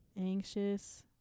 anxious